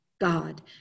God